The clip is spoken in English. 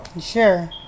Sure